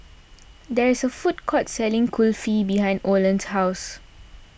there is a food court selling Kulfi behind Olan's house